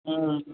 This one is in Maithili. हम्म